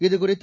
இதுகுறித்து